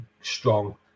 strong